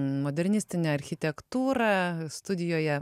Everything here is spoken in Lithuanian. modernistinę architektūrą studijoje